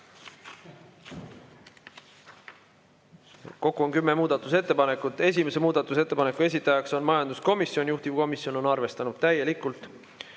Kokku on kümme muudatusettepanekut. Esimese muudatusettepaneku esitajaks on majanduskomisjon, juhtivkomisjon on arvestanud täielikult.